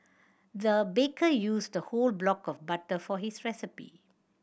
the baker used a whole block of butter for his recipe